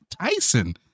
Tyson